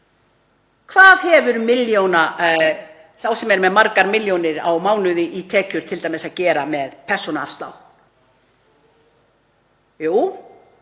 Hvað hefur sá sem er með margar milljónir á mánuði í tekjur t.d. að gera með persónuafslátt? Jú,